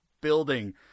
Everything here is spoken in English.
building